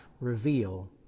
Reveal